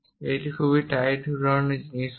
এটি খুব টাইট ধরনের জিনিস হবে